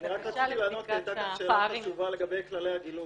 --- אני רק רציתי לענות כי הייתה כאן שאלה חשובה לגבי כללי הגילוי.